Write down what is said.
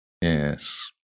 Yes